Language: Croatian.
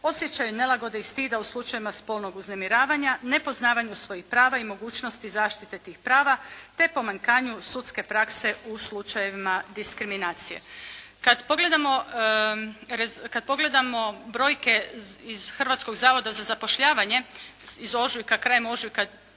osjećaj nelagode i stida u slučajevima spolnog uznemiravanja, nepoznavanju svojih prava i mogućnosti zaštite tih prava, te pomanjkanju sudske prakse u slučajevima diskriminacije. Kad pogledamo brojke iz Hrvatskog zavoda za zapošljavanje iz ožujka, krajem ožujka